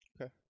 okay